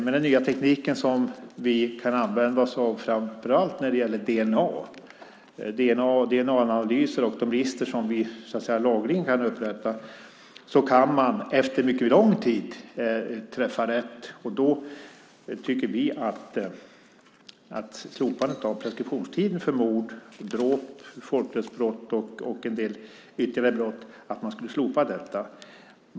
Med den nya teknik som vi kan använda oss av, framför allt när det gäller dna-analyser och de register som vi lagligen kan upprätta, kan man efter mycket lång tid träffa rätt. Då tycker vi att man skulle slopa preskriptionstiden för mord, dråp, folkrättsbrott och en del ytterligare brott.